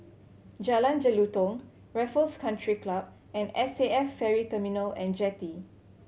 Jalan Jelutong Raffles Country Club and S A F Ferry Terminal And Jetty